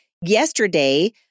Yesterday